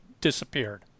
disappeared